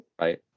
Right